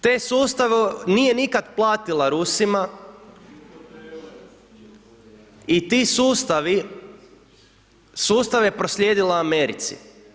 Te sustave nije nikada platila Rusima i ti sustavi, sustav je proslijedila Americi.